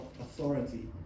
authority